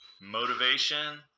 Motivation